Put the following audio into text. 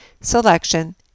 selection